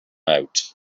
out